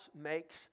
makes